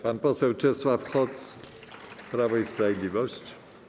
Pan poseł Czesław Hoc, Prawo i Sprawiedliwość.